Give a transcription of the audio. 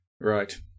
Right